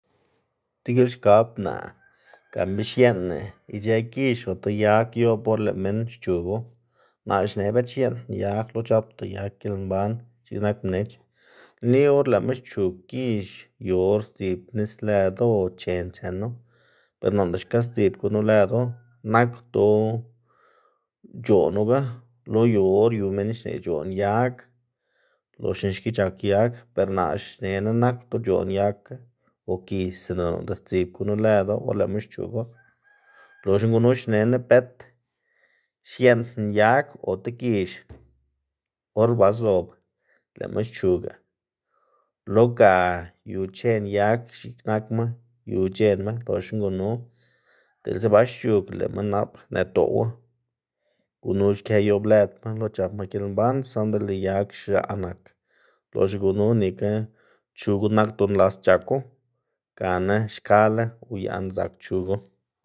degilxkabná gan be xieꞌnna ic̲h̲ë gix ota yag yoꞌb or lëꞌ minn xchugu. Naꞌ xne bët xieꞌndna yag lo c̲h̲apda yag gilmban x̱iꞌk nak mnech, nli or lëꞌma xchug gix yu or sdzib nis lëdu o chen chenu, ber noꞌnda xka sdzib gunu lëdu akdo c̲h̲oꞌnuga, lo yu or yu minn xneꞌ c̲h̲oꞌn yag loxna xki c̲h̲ak yag, ber naꞌ xnená nakdo c̲h̲oꞌn yagga o gix sinda noꞌnda sdzib gunu lëdu or lëꞌma xchugu. loxna gunu xnená bët xieꞌndna yag ota gix or ba zob lëꞌma xchuga, lo ga yu chen yag x̱iꞌk nakma yu c̲h̲enma, loxna gunu diꞌltsa ba xc̲h̲ug lëma nap nëdoꞌ gunu xkë yoꞌb lëdma lo c̲h̲apma gilmban, saꞌnda lëꞌ yag x̱aꞌ nak loxna gunu nika chugo nakdo nlas c̲h̲ako gana xkala uyaꞌn zak chugu.